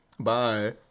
Bye